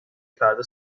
فردا